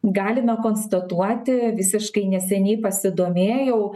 galime konstatuoti visiškai neseniai pasidomėjau